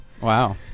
Wow